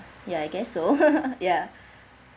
ya I guess so ya